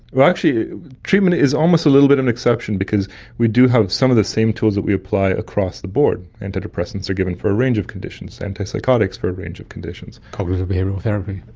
actually treatment is almost a little bit an exception because we do have some of the same tools that we apply across the board. antidepressants are given for a range of conditions, antipsychotics for a range of conditions. cognitive behavioural therapy.